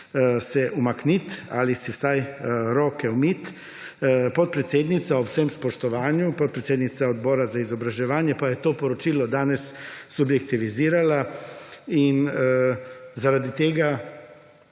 se umakniti ali si vsaj roke umiti. Podpredsednica, ob vsem spoštovanju, podpredsednica Odbora za izobraževanje, pa je to poročilo danes subjektivizirala. In zaradi tega